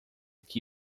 que